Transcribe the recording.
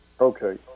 okay